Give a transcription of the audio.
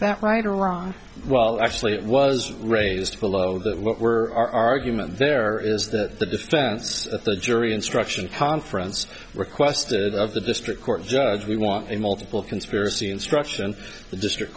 is that right or wrong well actually it was raised below that what were argument there is that the defense that the jury instruction conference requested of the district court judge we want a multiple conspiracy instruction and the district